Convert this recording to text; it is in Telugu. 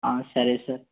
ఆ సరే సార్